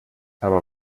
aber